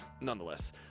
Nonetheless